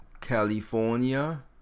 California